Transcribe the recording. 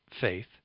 faith